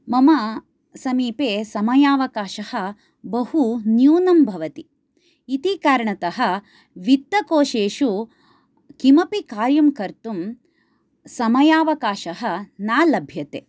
मम समीपे समयावकाशः बहु न्यूनं भवति इति कारणतः वित्तकोषेषु किमपि कार्य कर्तुं समयावकाशः न लभ्यते